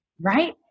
right